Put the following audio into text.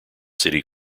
city